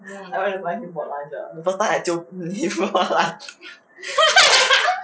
I went to find him for lunch ah first time I jio him for lunch